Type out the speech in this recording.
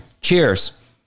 Cheers